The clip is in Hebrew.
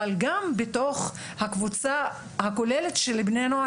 אבל גם בתוך הקבוצה הכוללת של בני הנוער,